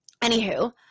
Anywho